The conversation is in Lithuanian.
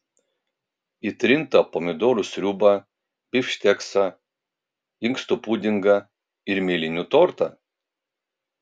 į trintą pomidorų sriubą bifšteksą inkstų pudingą ir mėlynių tortą